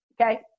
okay